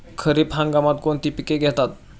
खरीप हंगामात कोणती पिके घेतात?